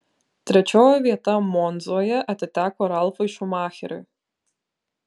trečioji vieta monzoje atiteko ralfui šumacheriui